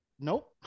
nope